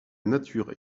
nature